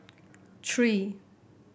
three